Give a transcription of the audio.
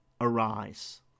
arise